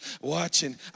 Watching